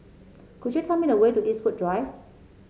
could you tell me the way to Eastwood Drive